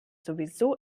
sowieso